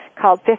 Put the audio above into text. called